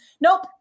nope